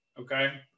Okay